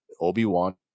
Obi-Wan